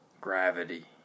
gravity